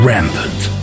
Rampant